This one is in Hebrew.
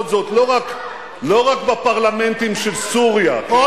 זאת לא רק בפרלמנטים של סוריה ושל אירן.